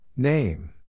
Name